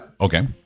Okay